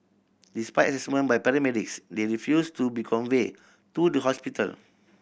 despite assessment by paramedics they refused to be conveyed to the hospital